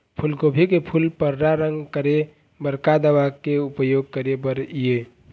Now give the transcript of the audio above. फूलगोभी के फूल पर्रा रंग करे बर का दवा के उपयोग करे बर ये?